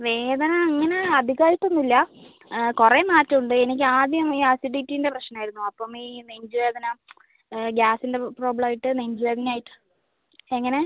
വേദന അങ്ങനെ അധികമായിട്ടൊന്നും ഇല്ല കുറേ മാറ്റമുണ്ട് എനിക്കാദ്യം ഈ അസിഡിറ്റീൻ്റെ പ്രശ്നം ആയിരുന്നു അപ്പം ഈ നെഞ്ച് വേദന ഗ്യാസിൻ്റെ പ്രോബ്ലം ആയിട്ട് നെഞ്ച് വേദന ആയിട്ട് എങ്ങനെ